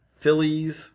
Phillies